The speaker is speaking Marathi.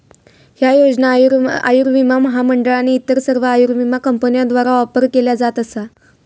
ह्या योजना आयुर्विमा महामंडळ आणि इतर सर्व आयुर्विमा कंपन्यांद्वारा ऑफर केल्या जात असा